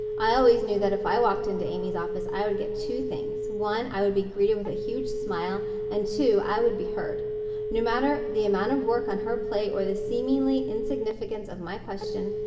i always knew that if i walked into amy's office i would get two things. one, i would be greeted with a huge smile and two, i would be heard no matter the amount of work on her plate or the seemingly insignificance of my question.